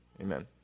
Amen